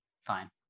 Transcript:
Fine